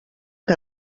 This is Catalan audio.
que